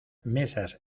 mesas